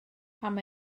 pam